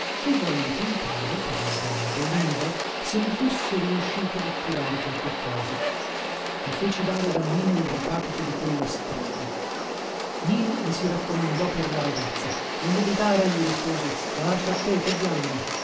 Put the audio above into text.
e volli tentare per il bene doliva se mi fosse riuscito dappurare qualche cosa i feci dare da mino il recapito di quella strega mino mi si raccomandò per la ragazza non dubitare gli risposi la lascio a te che diamine